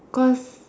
cause